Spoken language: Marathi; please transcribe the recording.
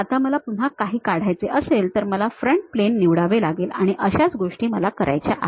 आता मला पुन्हा काही काढायचे असेल तर मला फ्रंट प्लेन निवडावे लागेल आणि अशाच गोष्टी मला करायच्या आहेत